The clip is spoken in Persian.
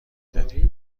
دادی